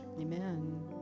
Amen